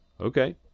Okay